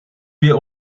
wir